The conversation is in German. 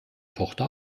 tochter